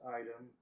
item